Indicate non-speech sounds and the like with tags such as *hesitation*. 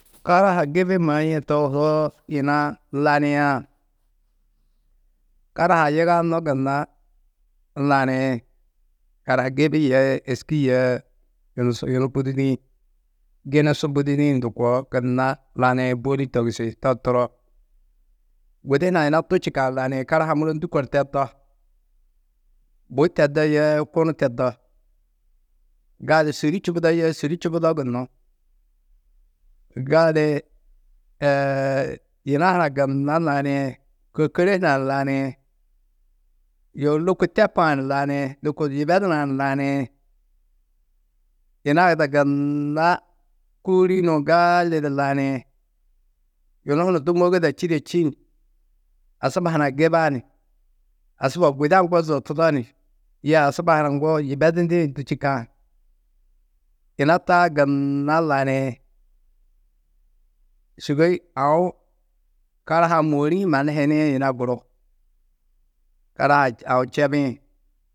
Karaha gibi maîe tohoo yina laniã. Karaha-ã yigannu gunna laniĩ. Karaha gibi yee êski yee yunu su yunu bûdudĩ gini su bûduĩ ndû koo ginna laniĩ, bôli togusi. To turo. Gudi hunã yina du čîkã laniĩ. Karaha muro ndû kor teddo, bui teddo yee kunu teddo. Gali sûri čubudo yee sûri čubudo gunnú. Gali *hesitation* yina hunã gunna laniĩ, kôkore hunã ni laniĩ. Yoo lôko tepã ni laniĩ, lôko yibedunã ni laniĩ, yina ada gunna kûrinuũ gali di laniĩ, yunu hunu du môgoda čîde čin? Asuba hunã giban? Asuba guda ŋgo zotudo ni? Ye asuba huna ŋgo yibedindĩ du čîkã. Yina taa gunna laniĩ. Sûgoi aũ karaha-ã môori hi manu hiniĩ yina guru, karaha-ã aũ čebĩ.